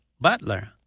Butler